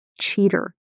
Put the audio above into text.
cheater